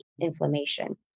inflammation